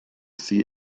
sea